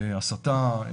הסתה,